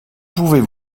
pouvez